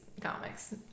comics